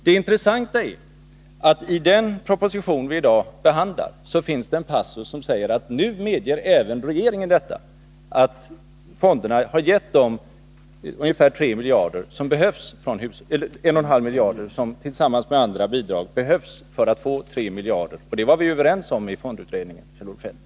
Det intressanta är att i den proposition som vi idag behandlar finns det en passus som visar att nu medger även regeringen att fonderna ger 1,5 miljarder kronor som tillsammans med andra bidrag behövs för att få 3 miljarder. Att det är vad som behövs i nytt riskkapital, det var vi överens om i fondutredningen, Kjell-Olof Feldt.